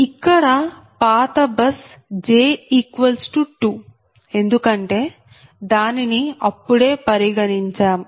ఇక్కడ పాత bus j2 ఎందుకంటే దానిని అప్పుడే పరిగణించాం